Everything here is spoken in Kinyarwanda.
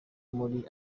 muri